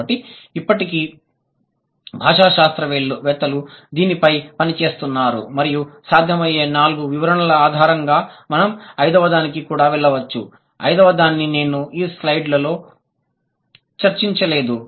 కాబట్టి ఇప్పటికీ భాషా శాస్త్రవేత్తలు దీనిపై పని చేస్తున్నారు మరియు సాధ్యమయ్యే నాలుగు వివరణల ఆధారంగా మనం ఐదవదానికి కూడా వెళ్ళవచ్చు ఐదవ దాన్ని నేను ఈ స్లైడ్ లో చర్చించలేదు